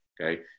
Okay